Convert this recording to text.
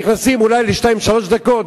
ונכנסים אולי לשתיים-שלוש דקות,